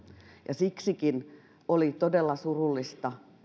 siksikin oli todella surullista